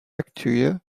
bacteria